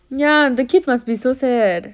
ya the kid must be so sad